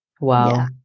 Wow